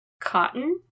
cotton